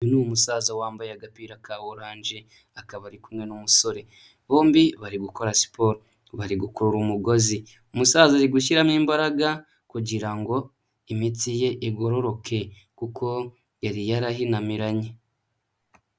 Uyu ni umusaza wambaye agapira ka oranje akaba ari kumwe n'umusore, bombi bari gukora siporo bari gukurura umugozi, umusaza ari gushyiramo imbaraga kugira ngo imitsi ye igororoke kuko yari yarahinamiranye.